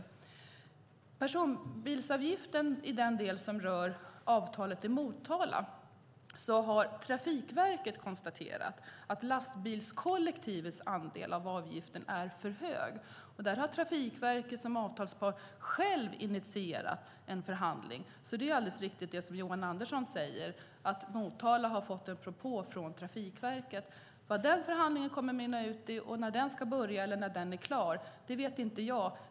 När det gäller personbilsavgiften i den del som rör avtalet i Motala har Trafikverket konstaterat att lastbilskollektivets andel av avgiften är för hög. Där har Trafikverket som avtalspart självt initierat en förhandling. Det Johan Andersson säger är alldeles riktigt: Motala har fått en propå från Trafikverket. Vad den förhandlingen kommer att mynna ut i och när den ska börja eller vara klar, det vet inte jag.